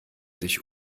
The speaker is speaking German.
sich